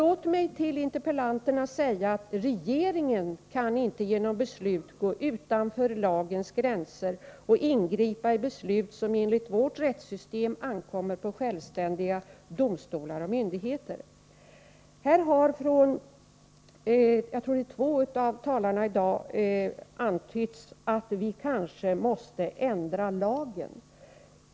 Jag vill till interpellanterna också säga att regeringen inte kan gå utanför lagens gränser och ingripa mot beslut som enligt vårt rättssystem ankommer på självständiga domstolar och myndigheter. Från två av talarna i dag har antytts att vi kanske måste ändra lagen.